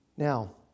Now